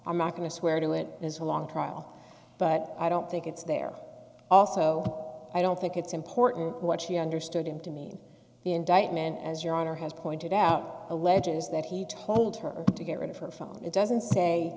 i'm not going to swear to it as a long trial but i don't think it's there also i don't think it's important what she understood him to mean the indictment as your honor has pointed out alleges that he told her to get rid of her phone it doesn't say